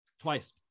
twice